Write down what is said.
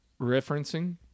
referencing